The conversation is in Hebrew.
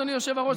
אדוני היושב-ראש,